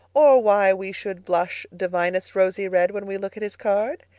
or why we should blush divinest rosy-red when we look at his card?